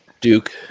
Duke